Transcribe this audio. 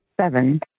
Seven